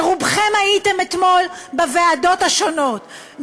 שרובכם הייתם אתמול בוועדות השונות,